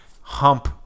hump